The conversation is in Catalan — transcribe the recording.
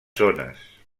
zones